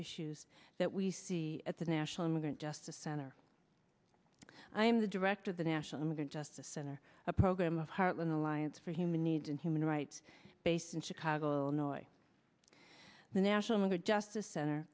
issues that we see at the national immigrant justice center i am the director of the national immigrant justice center a program of heart and alliance for human needs and human rights based in chicago illinois the national guard justice center